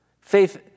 Faith